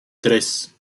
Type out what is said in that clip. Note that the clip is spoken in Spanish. tres